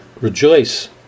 rejoice